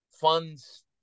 funds